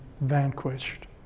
vanquished